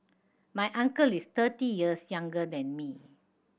my uncle is thirty years younger than me